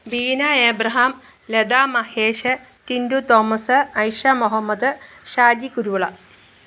Beena Abraham Latha Mahesh Tintu Thomas Ayisha Mohammed Shaji Kuruvila